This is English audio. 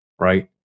right